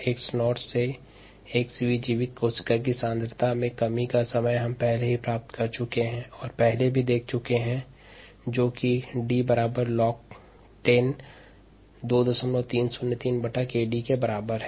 𝑥𝑣 शून्य से 𝑥𝑣 जीवित कोशिका सांद्रता में कमी का समय पहले ही प्राप्त कर चुके हैं और यह भी देख चुके हैं कि D log 10 2303𝑘𝑑 के बराबर है